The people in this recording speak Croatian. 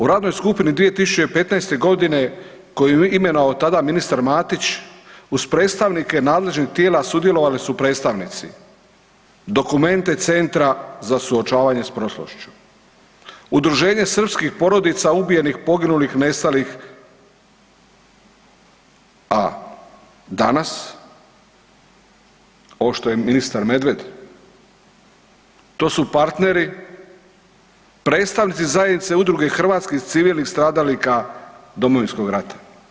U radnoj skupini 2015. godine koju je imenovao tada ministar Matić uz predstavnike nadležnih tijela sudjelovali su predstavnici Documente centra za suočavanje s prošlošću, Udruženje srpskih porodica ubijenih, poginulih, nestalih, a danas ovo što je ministar Medved to su partneri, predstavnici Zajednice udruge hrvatskih civilnih stradalnika Domovinskog rata.